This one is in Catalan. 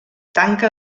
tanca